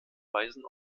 weisen